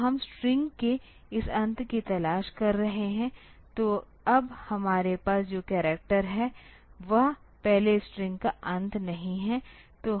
तो हम स्ट्रिंग के इस अंत की तलाश कर रहे हैं तो अब हमारे पास जो करैक्टर है वह पहले स्ट्रिंग का अंत नहीं है